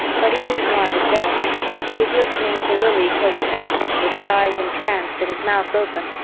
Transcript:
but he didn't know i was there he was listening to lili quote tennyson with his eyes entranced and his mouth open,